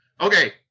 Okay